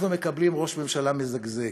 אנחנו מקבלים ראש ממשלה מזגזג.